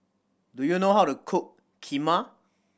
do you know how to cook Kheema